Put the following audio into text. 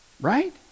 Right